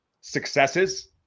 successes